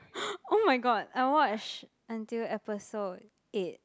oh my god I watch until episode eight